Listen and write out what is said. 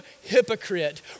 hypocrite